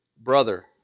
brother